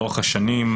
שלנו.